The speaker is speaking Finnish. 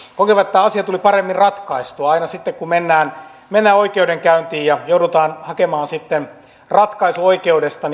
että tämä asia tuli paremmin ratkaistua aina sitten kun mennään mennään oikeudenkäyntiin ja joudutaan hakemaan ratkaisu oikeudesta